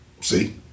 See